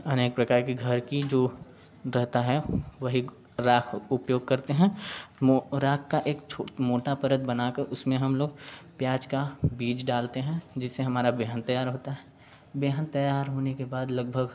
अनेक प्रकार की घर की जो रहता है वही राख उपयोग करते हैं मो राख का एक छो मोटा परत बना कर उसमें हम लोग प्याज का बीज डालते हैं जिससे हमारा बेहन तैयार होता है बेहन तैयार होने के बाद लगभग